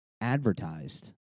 advertised